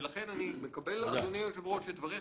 לכן אני מקבל אדוני היושב-ראש את דבריך,